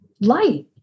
light